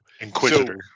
inquisitor